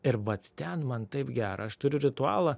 ir vat ten man taip gera aš turiu ritualą